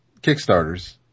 Kickstarters